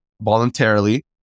voluntarily